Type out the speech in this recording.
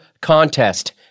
Contest